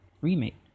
remake